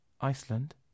Iceland